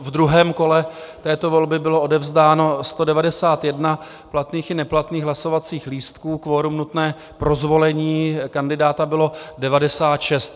V druhém kole této volby bylo odevzdáno 191 platných i neplatných hlasovacích lístků, kvorum nutné pro zvolení kandidáta bylo 96.